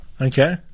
okay